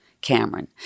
Cameron